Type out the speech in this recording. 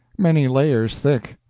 many layers thick.